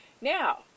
Now